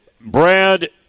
Brad